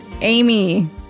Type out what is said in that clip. Amy